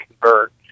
convert